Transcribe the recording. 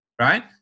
right